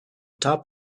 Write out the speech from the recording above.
top